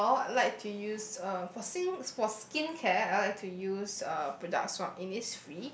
well I like to use uh for sing for skin care I like to use uh products Innis~